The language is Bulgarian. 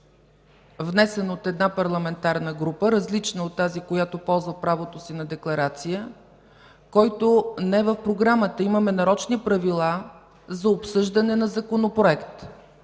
внесен от една парламентарна група, различна от тази, която ползва правото си на декларация – не в програмата, имаме нарочни правила за обсъждане на законопроект.